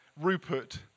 Rupert